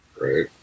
Right